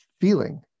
feeling